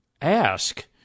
ask